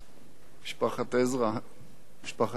עזרא היקרה, חברים,